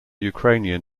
ukrainian